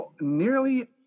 Nearly